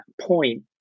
point